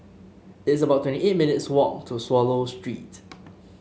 it's about twenty eight minutes' walk to Swallow Street